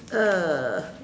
ah